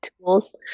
tools